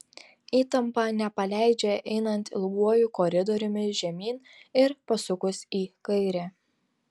įtampa nepaleidžia einant ilguoju koridoriumi žemyn ir pasukus į kairę